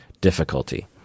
difficulty